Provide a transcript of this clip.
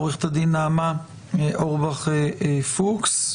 עוה"ד נעמה אורבך פוקס,